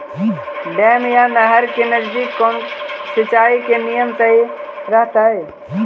Dam या नहर के नजदीक कौन सिंचाई के नियम सही रहतैय?